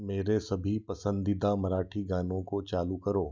मेरे सभी पसंदीदा मराठी गानों को चालू करो